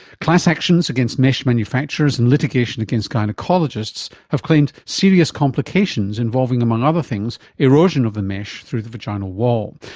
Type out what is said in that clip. class actions against mesh manufacturers and litigation against a gynaecologists have claimed serious complications involving, among other things, erosion of the mesh through the vaginal wall.